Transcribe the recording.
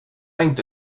inte